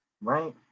Right